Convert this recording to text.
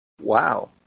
Wow